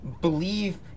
Believe